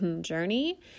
journey